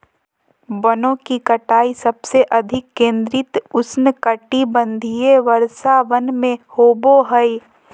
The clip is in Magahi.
वनों की कटाई सबसे अधिक केंद्रित उष्णकटिबंधीय वर्षावन में होबो हइ